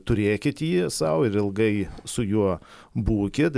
turėkit jį sau ir ilgai su juo būkit